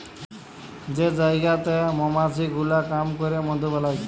যে জায়গাতে মমাছি গুলা কাম ক্যরে মধু বালাই